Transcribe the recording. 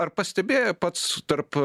ar pastebėjai pats tarp